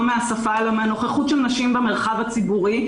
מהשפה אלא מהנוכחות של נשים במרחב הציבורי,